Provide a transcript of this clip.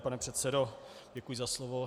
Pane předsedo, děkuji za slovo.